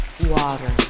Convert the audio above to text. water